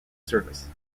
service